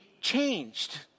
changed